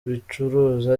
bicuruza